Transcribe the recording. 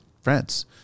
france